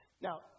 Now